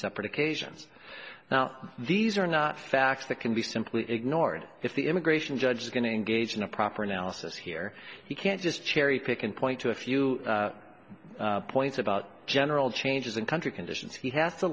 separate occasions now these are not facts that can be simply ignored if the immigration judge is going to engage in a proper analysis here he can't just cherry pick and point to a few points about general changes in country conditions he has to